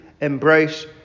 embrace